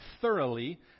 thoroughly